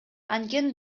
анткени